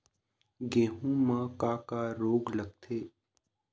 गेहूं म का का रोग लगथे?